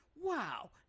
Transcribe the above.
wow